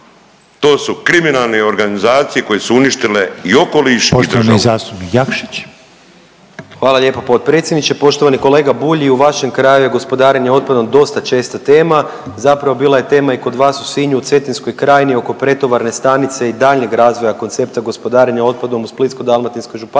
To su kriminalne organizacije koje su uništile i okoliš i državu.